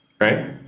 right